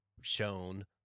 shown